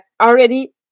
already